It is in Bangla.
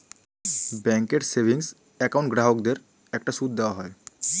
ব্যাঙ্কের সেভিংস অ্যাকাউন্ট গ্রাহকদের একটা সুদ দেওয়া হয়